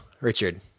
Richard